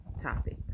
topic